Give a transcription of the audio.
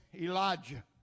Elijah